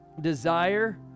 desire